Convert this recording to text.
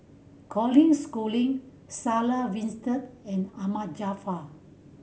Colin Schooling Sarah Winstedt and Ahmad Jaafar